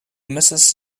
mrs